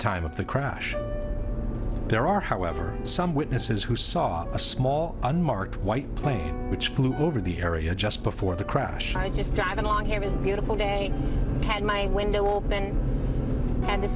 time of the crash there are however some witnesses who saw a small unmarked white plane which flew over the area just before the crash i just driving along here a beautiful day had my window open and th